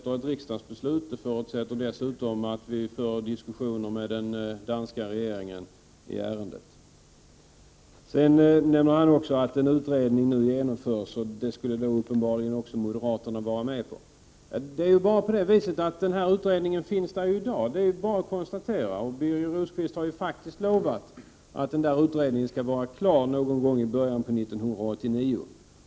Ett riksdagsbeslut förutsätts alltså, och dessutom krävs att vi för 107 diskussioner med den danska regeringen i ärendet. Birger Rosqvist nämner också att en utredning nu genomförs, och det skulle uppenbarligen moderaterna också vara med på. Ja, det är bara att konstatera att utredningen finns där i dag. Birger Rosqvist har faktiskt lovat att utredningen skall vara klar någon gång i början av 1989.